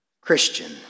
Christian